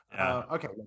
Okay